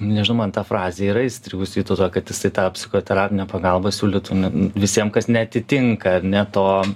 nu nežinau man ta frazė yra įstrigus vytauto kad jisai tą psichoterapinę pagalbą siūlytų nu visiem kas neatitinka ar ne to